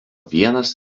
vienas